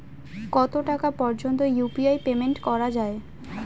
কত টাকা পর্যন্ত ইউ.পি.আই পেমেন্ট করা যায়?